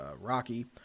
Rocky